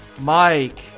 Mike